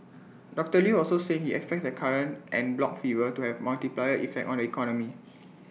doctor Lew also said he expects the current en bloc fever to have multiplier effect on the economy